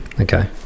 Okay